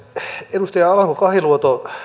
edustaja alanko kahiluoto